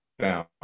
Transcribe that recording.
down